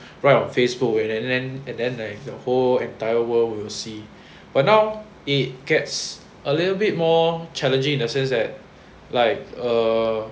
write on Facebook and and then and then like the whole entire world will see but now it gets a little bit more challenging in the sense that like err